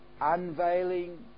Unveiling